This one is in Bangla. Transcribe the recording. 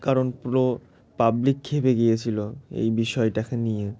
কারণ পুরো পাবলিক খেপে গিয়েছিল এই বিষয়টাকে নিয়ে